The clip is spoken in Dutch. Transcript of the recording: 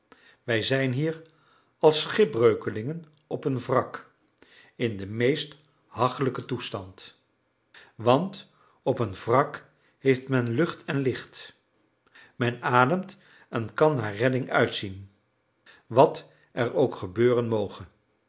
wij zijn hier als schipbreukelingen op een wrak in den meest hachelijken toestand want op een wrak heeft men lucht en licht men ademt en kan naar redding uitzien wat er ook gebeuren moge